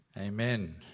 Amen